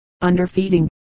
underfeeding